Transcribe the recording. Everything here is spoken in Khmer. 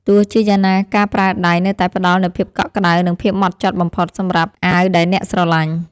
ទោះជាយ៉ាងណាការប្រើដៃនៅតែផ្តល់នូវភាពកក់ក្តៅ និងភាពហ្មត់ចត់បំផុតសម្រាប់អាវដែលអ្នកស្រឡាញ់។